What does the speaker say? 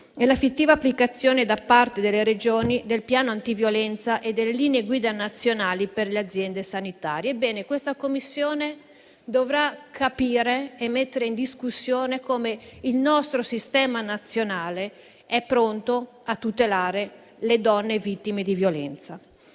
all'effettiva applicazione da parte delle Regioni del piano antiviolenza e delle linee guida nazionali per le aziende sanitarie. Questa Commissione dovrà capire e mettere in discussione come il nostro Sistema nazionale è pronto a tutelare le donne vittime di violenza.